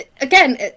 again